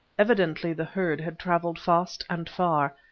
evidently the herd had travelled fast and far,